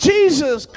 Jesus